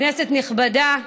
כנסת נכבדה,